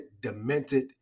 demented